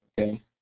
okay